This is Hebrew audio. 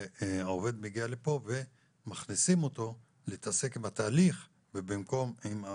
שהעובד מגיע לפה ומכניסים אותו להתעסק עם התהליך במקום עם המטופל.